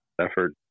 effort